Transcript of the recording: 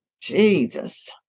Jesus